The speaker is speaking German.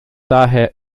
daher